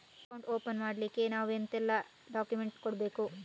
Account open ಮಾಡ್ಲಿಕ್ಕೆ ನಾವು ಎಂತೆಲ್ಲ ಡಾಕ್ಯುಮೆಂಟ್ಸ್ ಕೊಡ್ಬೇಕು?